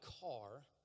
car